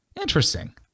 interesting